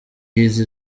y’izi